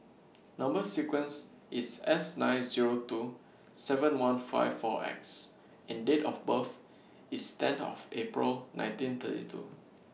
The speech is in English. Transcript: Number sequence IS S nine Zero two seven one five four X and Date of birth IS ten of April nineteen thirty two